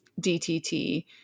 DTT